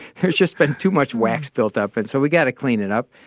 there's just been too much wax built up. and so we've got to clean it up.